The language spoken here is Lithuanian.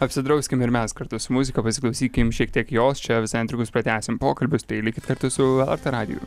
apsidrauskim ir mes kartu su muzika pasiklausykim šiek tiek jos čia visai netrukus pratęsim pokalbius tai likit kartu su lrt radiju